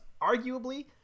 arguably